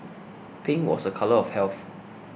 pink was a colour of health